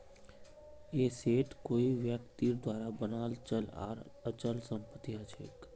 asset कोई व्यक्तिर द्वारा बनाल चल आर अचल संपत्ति हछेक